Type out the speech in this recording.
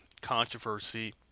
controversy